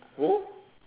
who